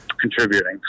contributing